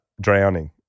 drowning